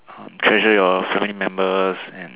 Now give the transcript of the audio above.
treasure your family members and